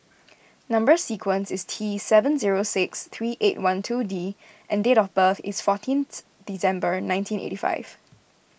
Number Sequence is T seven zero six three eight one two D and date of birth is fourteenth December nineteen eighty five